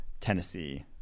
tennessee